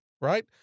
right